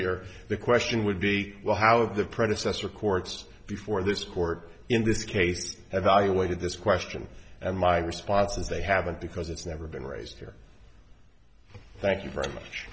here the question would be well how the predecessor courts before this court in this case evaluated this question and my response is they haven't because it's never been raised here thank you very much